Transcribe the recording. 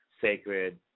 Sacred